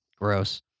gross